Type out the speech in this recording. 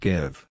Give